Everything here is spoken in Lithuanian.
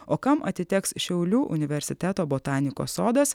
o kam atiteks šiaulių universiteto botanikos sodas